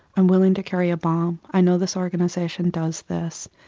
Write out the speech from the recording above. i'm willing to carry a bomb, i know this organisation does this.